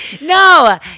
No